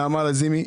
נעמה לזימי,